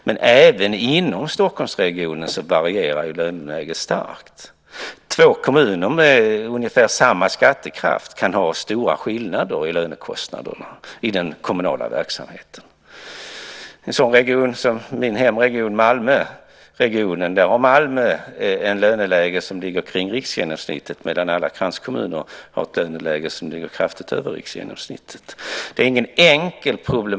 Men även inom Stockholmsregionen varierar löneläget kraftigt. Två kommuner med ungefär samma skattekraft kan i den kommunala verksamheten ha stora skillnader i lönekostnader. I min hemregion, Malmöregionen, har Malmö ett löneläge som ligger kring riksgenomsnittet medan det i alla kranskommuner ligger kraftigt över riksgenomsnittet.